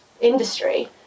industry